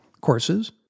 courses